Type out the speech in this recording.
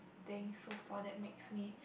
things so far that makes me